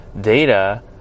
Data